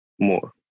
more